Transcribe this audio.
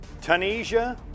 Tunisia